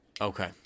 Okay